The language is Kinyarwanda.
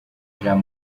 jean